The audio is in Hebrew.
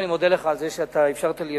אני מודה לך על זה שאתה אפשרת לי,